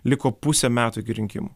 liko pusę metų iki rinkimų